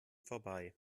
vorbei